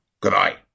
Goodbye